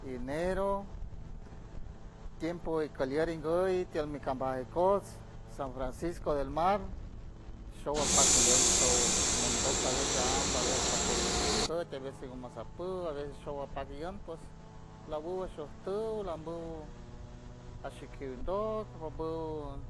Enero tiempo ikalier nguy tiel mi kambaj ikojts san francisco del mar showa apak ient show mondock cabeza amba gue sajpow gui po küt a vese ngo masapuw a veces showa apac ient ps lawuw wush shajpuw lambuw ashikij ndock bombuw